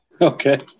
Okay